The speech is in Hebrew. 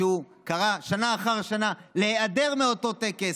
שהוא קרא שנה אחר שנה להיעדר מאותו טקס,